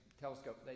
Telescope